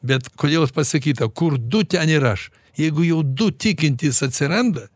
bet kodėl pasakyta kur du ten ir aš jeigu jau du tikintys atsiranda